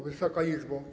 Wysoka Izbo!